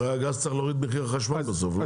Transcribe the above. הרי הגז צריך להוריד את מחיר החשמל בסוף, לא?